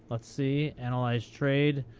let's see. analyze trade.